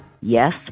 Yes